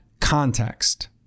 context